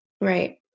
Right